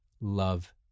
love